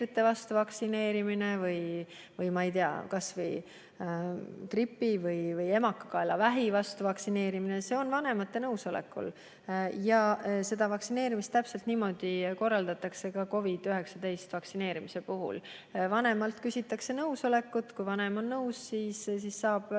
vastu vaktsineerimine või, ma ei tea, kas või gripi või emakakaelavähi vastu vaktsineerimine, see toimub vanemate nõusolekul ja täpselt niimoodi korraldatakse seda ka COVID-19 vastu vaktsineerimisel. Vanemalt küsitakse nõusolekut ja kui vanem on nõus, siis saab